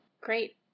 Great